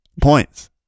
points